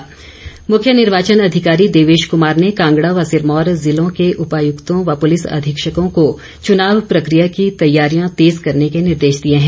निर्वाचन अधिकारी मुख्य निर्वाचन अधिकारी देवेश कुमार ने कांगड़ा व सिरमौर जिलों के उपायुक्तों व पुलिस अधीक्षकों को चुनाव प्रक्रिया की तैयारियां तेज करने के निर्देश दिए हैं